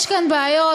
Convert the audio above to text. יש כאן בעיות.